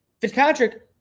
Fitzpatrick